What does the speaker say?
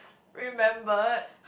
remembered